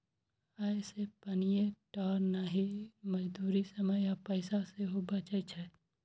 अय से पानिये टा नहि, मजदूरी, समय आ पैसा सेहो बचै छै